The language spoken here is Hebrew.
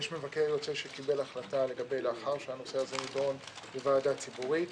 יש מבקר יוצא שקיבל החלטה לאחר שהנושא הזה נדון בוועדה ציבורית.